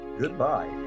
Goodbye